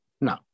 No